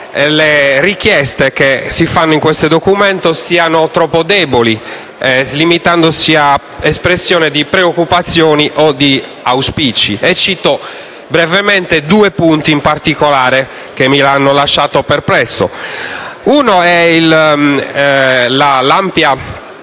le richieste che si fanno in questo documento siano troppo deboli, limitandosi ad espressioni di preoccupazioni o di auspici. Cito brevemente due punti in particolare che mi hanno lasciato perplesso. Uno è l'ampia